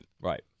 right